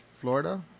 Florida